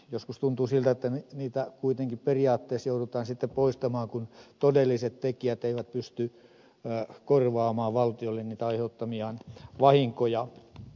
joskus tuntuu siltä että niitä kuitenkin periaatteessa joudutaan sitten poistamaan kun todelliset tekijät eivät pysty korvaamaan valtiolle aiheuttamiaan vahinkoja